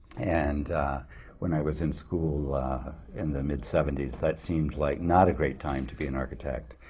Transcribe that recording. and when i was in school in the mid seventy s, that seemed like not a great time to be an architect.